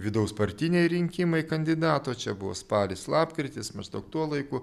vidaus partiniai rinkimai kandidato čia buvo spalis lapkritis maždaug tuo laiku